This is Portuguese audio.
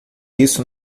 isso